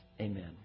Amen